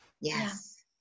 Yes